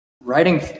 writing